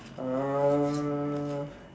uh